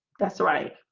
that's right